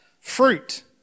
fruit